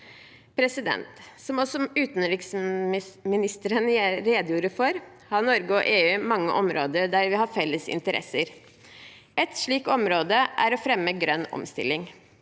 Som også utenriksministeren redegjorde for, har Norge og EU mange områder der vi har felles interesser. Et slikt område er å fremme grønn omstilling.